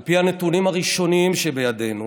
על פי הנתונים הראשוניים שבידינו